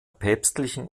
päpstlichen